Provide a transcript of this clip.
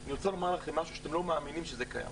אני רוצה לומר לכם משהו שאתם לא מאמינים שקיים,